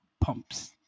pumps